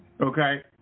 Okay